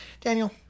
Daniel